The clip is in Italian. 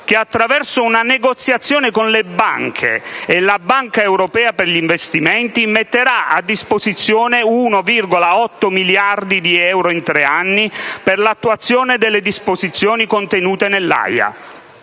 che, attraverso una negoziazione con le banche e la BEI, metterà a disposizione 1,8 miliardi di euro in tre anni per l'attuazione delle disposizioni contenute nell'AIA».